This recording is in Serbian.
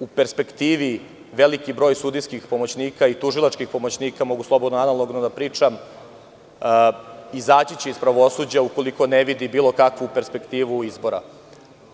U perspektivi, veliki broj sudijskih pomoćnika i tužilačkih pomoćnika, mogu slobodno analogno da pričam, izaći će iz pravosuđa ukoliko ne vidi bilo kakvu perspektivu izbora,